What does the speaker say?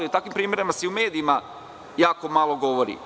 O takvim primerima se i u medijima jako malo govori.